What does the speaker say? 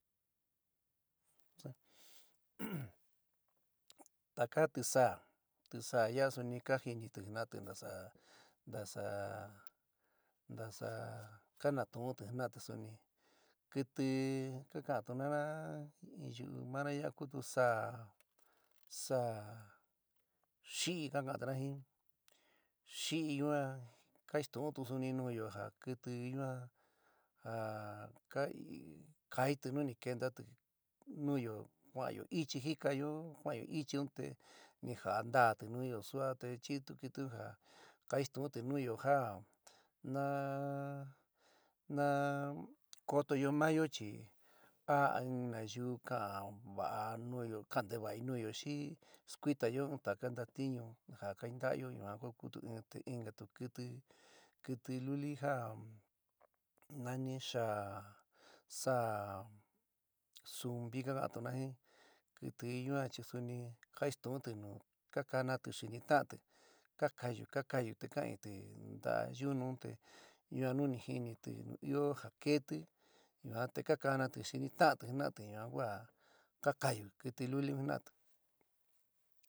taká tisáá tisáá yaá suni ka jinitɨ jina'atɨ tntasá ntasá ntasá ka natu'untɨ jina'atɨ suni, kɨtɨ ka ka'antu jina'ana yu'u mána ya'a kutu saá saá xíí ka ka'ántuna jin xíí yuan kainstuúntu suni nuúyo ja kɨtɨ yuan ja kaáiti nuni kentatɨ núyo kuanyo ichí jíkayó kuányo ichɨun te ni ja'a ntaátɨ núyo sua te achítu kɨtɨ un ja kainstu'unti núyo ja ná ná kotoyó mayo chi á in nayú ka'an vá núyo ka'an ntevaí núyo xɨ skuitayó in taká ntatíun ja kanta'ayo yuan kutu in, te inkatu kɨtɨ kɨtɨ luli ja náni xaá saá zumpi ka ka'ntuna jɨn kɨtɨ yuán chi suni kainstu'únti nu ka kánati xini ta'anti ka kaáyu ka kaáyutɨ ka inntɨ ntá yunu un te yuan nu ni jínitɨ ɨó ja keétɨ yuan te ka kanatɨ xini ta'ánti jina'ati yuan kua ka kaáyu kɨtɨ luli un jina'atɨ.